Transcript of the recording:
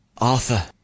Arthur